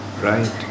Right